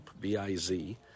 B-I-Z